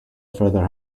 further